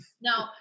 No